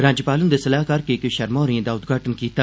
राज्यपाल हंदे सलाहकार के के शर्मा होरें एहदा उद्घाटन कीता